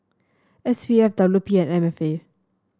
S P F W P and M F A